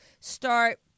start